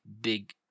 Big